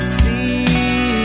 see